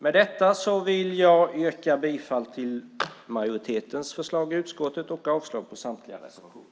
Med detta vill jag yrka bifall till majoritetens förslag i utskottet och avslag på samtliga reservationer.